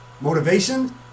Motivation